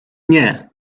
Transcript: nie